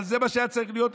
אבל זה מה שהיה צריך להיות.